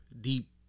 deep